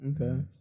okay